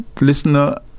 listener